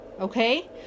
Okay